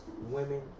women